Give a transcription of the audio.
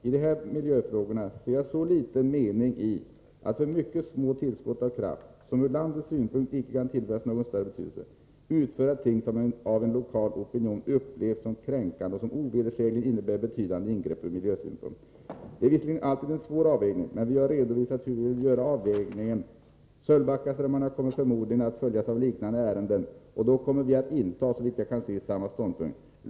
I de här miljöfrågorna ser jag så liten mening i att för mycket små tillskott av kraft, som ur landets synpunkt icke kan tillföras någon större betydelse, utföra ting som av en lokal opinion upplevs som kränkande och som ovedersägligen innebär betydande ingrepp ur miljösynpunkt. Det är visserligen alltid en stor avvägning, men vi har redovisat hur vi vill göra den avvägningen. Sölvbackaströmmarna kommer förmodligen att följas av liknande ärenden och då kommer vi att inta, såvitt jag kan se, samma ståndpunkt.